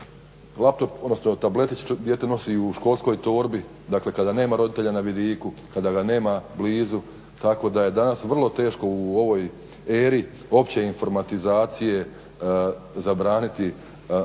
laptop, odnosno tabletić dijete nosi i u školskoj torbi, dakle kada nema roditelja na vidiku, kada ga nema blizu tako da je danas vrlo teško u ovoj eri opće informatizacije zabraniti otići